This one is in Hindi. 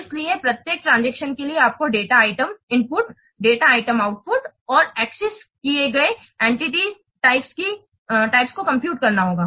इसलिए प्रत्येक ट्रांसक्शन्स के लिए आपको data item input data item output और एक्सेस किए गए एंटिटी प्रकारों की कंप्यूट करनी होगी